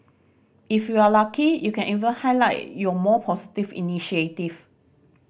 if you are lucky you can even highlight your more positive initiative